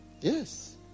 Yes